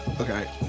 Okay